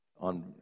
on